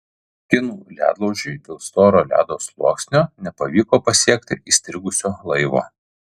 kinų ledlaužiui dėl storo ledo sluoksnio nepavyko pasiekti įstrigusio laivo